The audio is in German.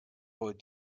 heute